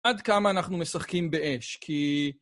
עד כמה אנחנו משחקים באש, כי...